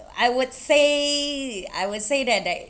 I would say I would say that that